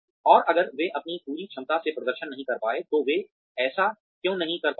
और अगर वे अपनी पूरी क्षमता से प्रदर्शन नहीं कर पाए हैं तो वे ऐसा क्यों नहीं कर पाए हैं